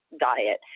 diet